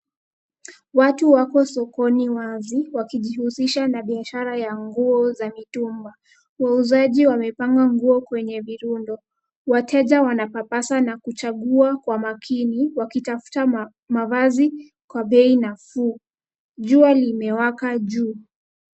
Watu wako sokoni wazi wakijihusisha na biashara ya nguo za mitumba. Wauzaji wamepanga nguo kwenye virundo. Wateja wanapapasa na kuchangua kwa makini wakitafuta mavazi kwa bei nafuu, jua limewaka juu.